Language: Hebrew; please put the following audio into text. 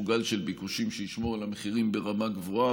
גל של ביקושים שישמור על המחירים ברמה גבוהה,